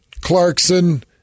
Clarkson